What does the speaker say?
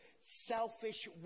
selfish